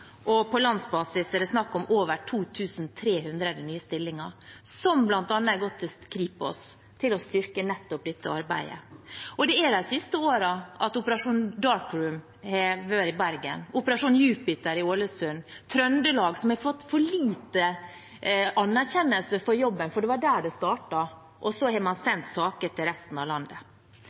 stillinger, på landsbasis er det snakk om over 2 300 nye stillinger, som bl.a. er gått til Kripos til å styrke nettopp dette arbeidet. De siste årene har vi hatt Operasjon Dark Room i Bergen, Operasjon Jupiter i Ålesund, og Trøndelag, som har fått for lite anerkjennelse for jobben, for det var der det startet, og så har man sendt saker til resten av landet.